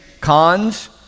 Cons